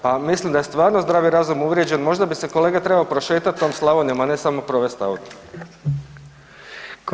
Pa mislim da je stvarno zdravi razum uvrijeđen, možda bi se kolega trebao prošetat tom Slavonijom, a ne samo provest autom.